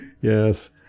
Yes